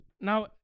Now